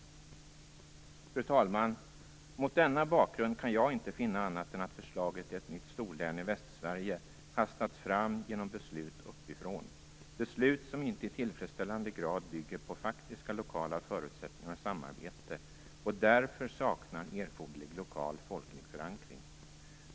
Fru talman! Mot denna bakgrund kan jag inte finna annat än att förslaget till ett nytt storlän i Västsverige har hastats fram genom beslut uppifrån, beslut som inte i tillfredsställande grad bygger på faktiska lokala förutsättningar och samarbete och därför saknar erforderlig lokal folklig förankring.